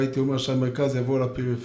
והייתי אומר שהמרכז יבוא לפריפריה.